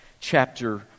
chapter